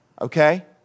Okay